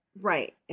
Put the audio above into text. Right